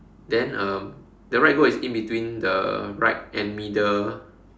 then um the right goat is in between the right and middle